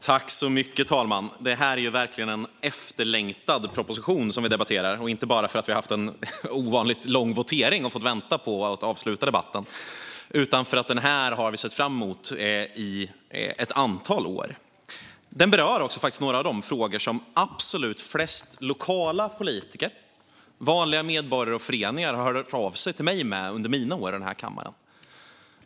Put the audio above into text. Fru talman! Det är verkligen en efterlängtad proposition vi debatterar, inte bara för att vi haft en ovanligt lång votering och fått vänta på att avsluta debatten utan för att vi har sett fram emot den i ett antal år. Den berör också några av de frågor som absolut flest lokala politiker, vanliga medborgare och föreningar har hört av sig till mig med under mina år i den här kammaren.